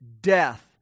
Death